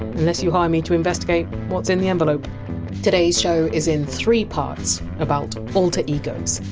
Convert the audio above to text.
unless you hire me to investigate what! s in the envelope today! s show is in three parts, about alter egos,